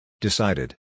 Decided